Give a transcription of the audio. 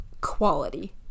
quality